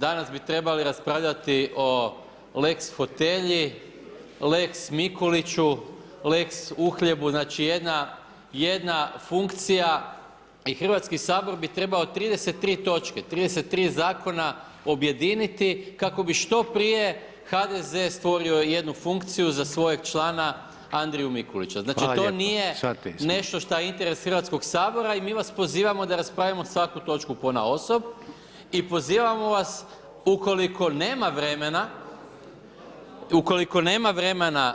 Danas bi trebali raspravljati o lex fotelji, lex Mikuliću, lex uhljebu, znači jedna funkcija i Hrvatski sabor bi trebao 33 točke, 33 zakona objediniti kako bi što prije HDZ stvorio jednu funkciju za svojeg člana, Andriju Mikulića [[Upadica Reiner: Hvala lijepa, shvatili smo.]] Znači to nije nešto šta je interes Hrvatskog sabora i mi vas pozivam da raspravimo svaku točku ponaosob i pozivamo vas, ukoliko nema vremena, ukoliko nema vremena